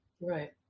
right